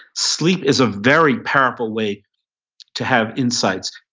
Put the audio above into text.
sleep is a very powerful way to have insights.